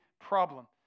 problem